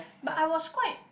but I was quite